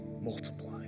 multiply